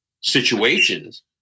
situations